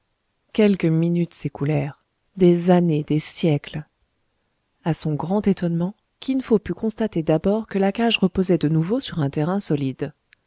quelques minutes s'écoulèrent des années des siècles a son grand étonnement kin fo put constater d'abord que la cage reposait de nouveau sur un terrain solide